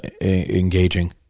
engaging